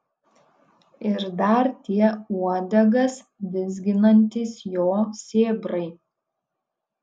ir dar tie uodegas vizginantys jo sėbrai